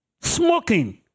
Smoking